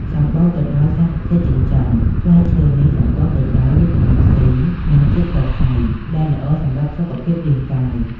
សម្បូរទៅដោយសារធាតុចិញ្ចឹម ផ្លែឈើនេះសម្បូរទៅដោយ វីតាមីន C និង ជាតិសរសៃ ដែលល្អសម្រាប់សុខភាពរាងកាយ។